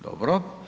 Dobro.